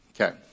Okay